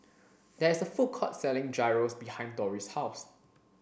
there is a food court selling Gyros behind Dori's house